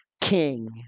king